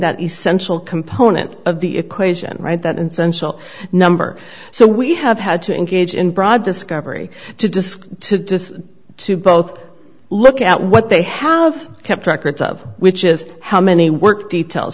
that essential component of the equation right that and social number so we have had to engage in broad discovery to disk to disk to both look at what they have kept records of which is how many work details